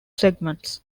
segments